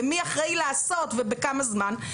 מי אחראי לעשות ובכמה זמן,